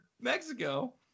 Mexico